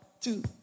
two